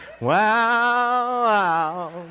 wow